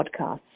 podcasts